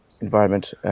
environment